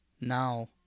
now